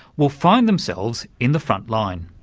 will find themselves in the frontline.